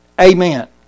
Amen